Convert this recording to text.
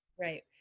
Right